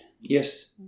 Yes